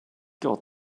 got